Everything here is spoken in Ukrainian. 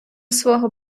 свого